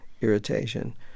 irritation